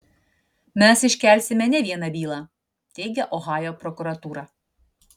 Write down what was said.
mes iškelsime ne vieną bylą teigia ohajo prokuratūra